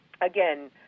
again